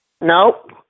Nope